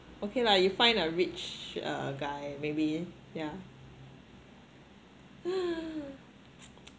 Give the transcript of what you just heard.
okay lah you find a rich uh guy maybe yeah